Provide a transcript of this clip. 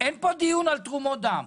אין פה דיון על תרומות דם.